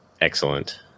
excellent